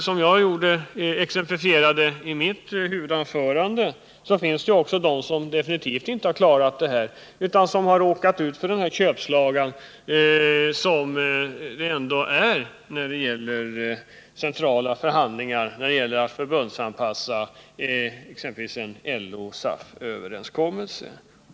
Som jag exemplifierade i mitt huvudanförande finns det också de som definitivt inte har klarat detta utan råkat ut för den köpslagan som ändå förekommer när det gäller centrala förhandlingar, när det gäller att förbundsanpassa exempelvis en LO-SAF-överenskommelse.